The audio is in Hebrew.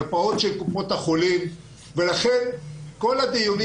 מרפאות של קופות חולים ולכן כל הדיונים